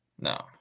no